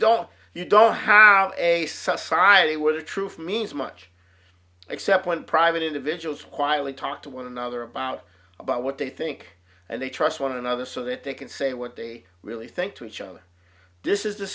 don't you don't have a society where the truth means much except when private individuals quietly talk to one another about about what they think and they trust one another so that they can say what they really think to each other this is the